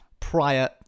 prior